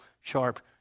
sharp